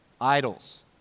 Idols